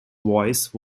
voice